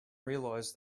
realized